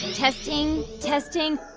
testing. testing.